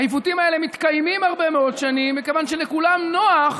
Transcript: העיוותים האלה מתקיימים הרבה מאוד שנים מכיוון שלכולם נוח,